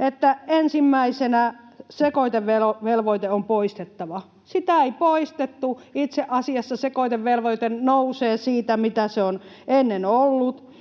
että ensimmäisenä sekoitevelvoite on poistettava. Sitä ei poistettu — itse asiassa sekoitevelvoite nousee siitä, mitä se on ennen ollut.